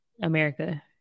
America